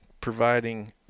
providing